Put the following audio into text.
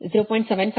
ಆದ್ದರಿಂದ r 0